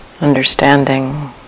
understanding